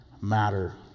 matter